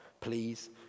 please